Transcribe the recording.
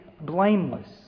blameless